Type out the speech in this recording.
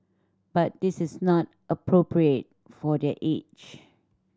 but this is not appropriate for their age